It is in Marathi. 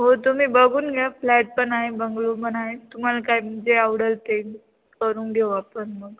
हो तुम्ही बघून घ्या फ्लॅट पण आहे बंगलो पण आहे तुम्हाला काय जे आवडल ते करून घेऊ आपण मग